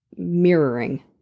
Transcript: mirroring